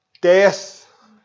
death